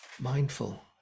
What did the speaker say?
Mindful